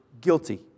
guilty